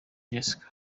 jessica